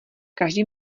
každý